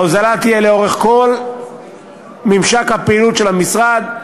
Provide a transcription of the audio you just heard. ההוזלה תהיה לאורך כל ממשק הפעילות של המשרד,